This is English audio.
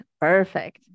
perfect